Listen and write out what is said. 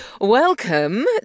Welcome